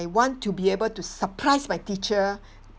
I want to be able to surprise my teacher